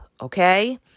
okay